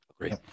Great